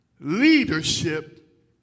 leadership